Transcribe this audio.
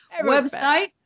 Website